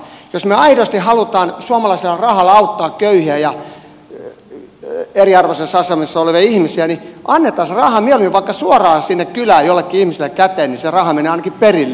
jos me aidosti haluamme suomalaisella rahalla auttaa köyhiä ja eriarvoisessa asemassa olevia ihmisiä niin annetaan se raha mieluummin vaikka suoraan sinne kylään jollekin ihmiselle käteen niin se raha menee ainakin perille